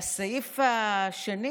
והסעיף השני